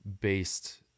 based